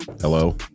Hello